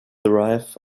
arrive